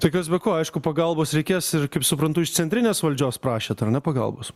tai kas be ko aišku pagalbos reikės ir kaip suprantu iš centrinės valdžios prašėt ar ne pagalbos